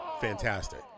fantastic